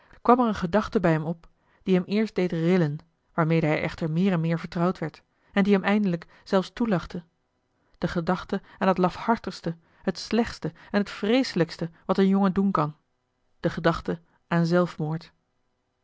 kwam er eene gedachte bij hem op die hem eerst deed rillen waarmede hij echter meer en meer vertrouwd werd en die hem eindelijk zelfs toelachte de gedachte aan het lafhartigste het slechtste en het vreeselijkste wat een jongen doen kan de gedachte aan zelfmoord